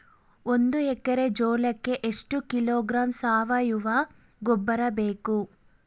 ಒಂದು ಎಕ್ಕರೆ ಜೋಳಕ್ಕೆ ಎಷ್ಟು ಕಿಲೋಗ್ರಾಂ ಸಾವಯುವ ಗೊಬ್ಬರ ಬೇಕು?